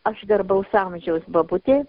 aš garbaus amžiaus bobutė